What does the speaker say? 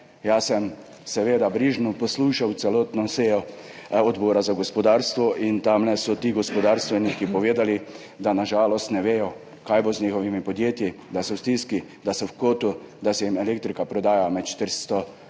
Jaz sem seveda brižno poslušal celotno sejo Odbora za gospodarstvo in tam so ti gospodarstveniki povedali, da na žalost ne vedo, kaj bo z njihovimi podjetji, da so v stiski, da so v kotu, da se jim ta moment elektrika prodaja med 400 in